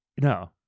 No